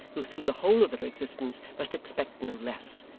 who through the whole of their existence must expect no less,